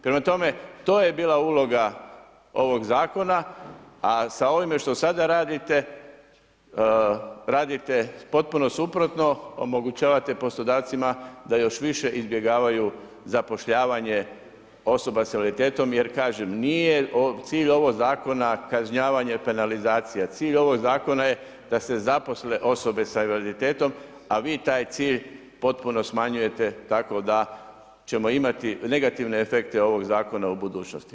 Prema tome, to je bila uloga ovog zakona, a sa ovime što sada radite, radite potpuno suprotno, omogućavate poslodavcima da još više izbjegavaju zapošljavanje osoba s invaliditetom jer kažem, nije cilj ovog zakona kažnjavanje penalizacija, cilj ovog zakona je da se zaposle osobe sa invaliditetom, a vi taj cilj potpuno smanjujete tako da ćemo imati negativne efekte ovog zakona u budućnosti.